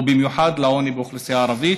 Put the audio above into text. ובמיוחד לעוני באוכלוסייה הערבית,